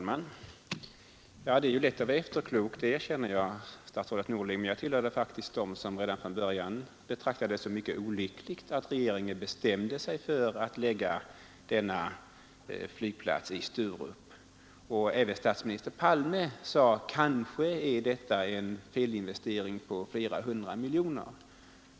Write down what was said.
Herr talman! Jag erkänner att det är lätt att vara efterklok, statsrådet Norling, men jag tillhörde faktiskt dem som redan från början betraktade det som mycket olyckligt att regeringen bestämde sig för att lägga denna flygplats i Sturup. T. o. m. statsminister Palme sade: Kanske är detta en felinvestering på flera hundra miljoner.